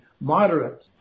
moderate